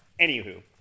anywho